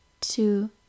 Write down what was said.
two